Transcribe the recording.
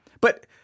but-